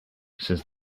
since